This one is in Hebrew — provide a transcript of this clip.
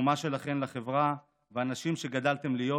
התרומה שלכן לחברה והנשים שגדלתן להיות,